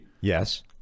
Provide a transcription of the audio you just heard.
Yes